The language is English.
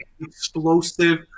explosive